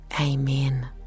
Amen